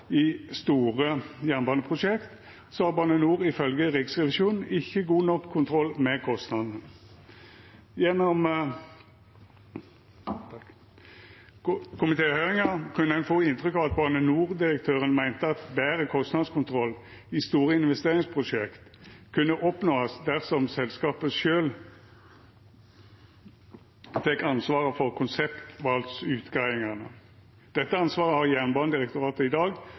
i store jernbaneprosjekt, har Bane NOR ifølgje Riksrevisjonen ikkje god nok kontroll med kostnadene. Gjennom komitéhøyringa kunne ein få inntrykk av at Bane NOR-direktøren meinte at betre kostnadskontroll i store investeringsprosjekt kunne oppnåast dersom selskapet sjølv fekk ansvaret for konseptvalutgreiingane. Dette ansvaret har Jernbanedirektoratet i dag,